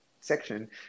section